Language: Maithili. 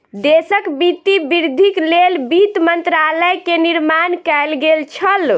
देशक वित्तीय वृद्धिक लेल वित्त मंत्रालय के निर्माण कएल गेल छल